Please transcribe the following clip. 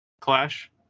clash